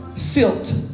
silt